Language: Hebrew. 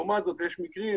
לעומת זאת, יש מקרים